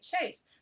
chase